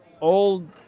old